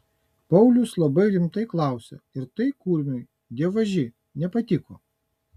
paulius labai rimtai klausė ir tai kurmiui dievaži nepatiko